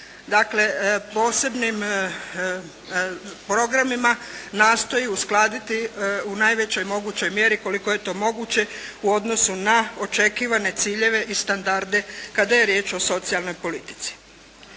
dakle posebnim programima nastoji uskladiti u najvećoj mogućoj mjeri koliko je to moguće u odnosu na očekivane ciljeve i standarde kada je riječ o socijalnoj politici.